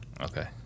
okay